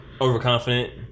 overconfident